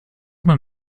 man